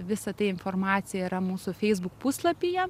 visa ta informacija yra mūsų feisbuk puslapyje